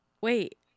wait